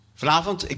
vanavond